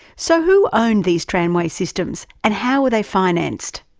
so who owned these tramway systems, and how were they financed?